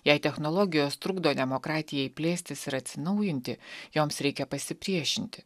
jei technologijos trukdo demokratijai plėstis ir atsinaujinti joms reikia pasipriešinti